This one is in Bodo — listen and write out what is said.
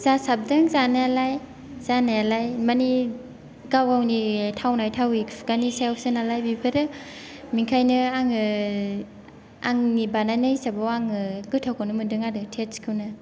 जासाबदों जानायालाय माने गाव गावनि थावनाय थावै खुगानि सायावसो नालाय बेफोरो बिखायनो आङो आंनि बानायनाय हिसाबाव आङो गोथावखौनो मोनदों आरो तेस्तखौनो